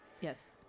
Yes